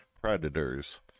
predators